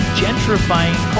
gentrifying